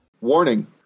Warning